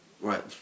Right